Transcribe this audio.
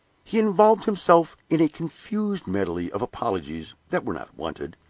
he involved himself in a confused medley of apologies that were not wanted,